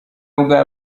ubwa